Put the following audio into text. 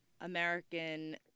American